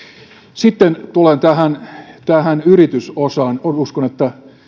sitten tulen tähän yritysosaan uskon että